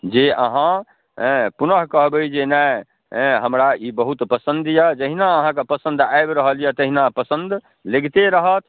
जे अहाँ अँए पुनः कहबै जे नहि हमरा ई बहुत पसन्द अइ जहिना अहाँके पसन्द आबि रहल अइ तहिना लागिते रहत